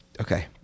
Okay